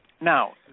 Now